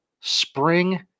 spring